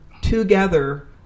together